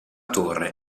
torre